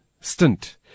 stint